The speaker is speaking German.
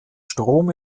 strom